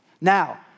Now